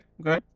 Okay